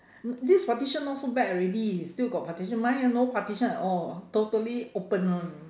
t~ this partition not so bad already still got partition mine ah no partition at all totally open one